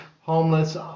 homeless